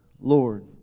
Lord